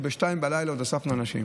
עוד ב-02:00 אספנו אנשים,